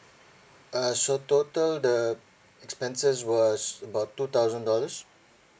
uh so total the expenses was about two thousand dollars